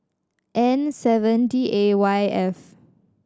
N seven D A Y F